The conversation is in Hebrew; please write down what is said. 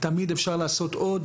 תמיד אפשר לעשות עוד.